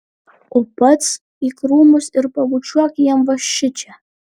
o pats į krūmus ir pabučiuok jam va šičia